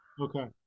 Okay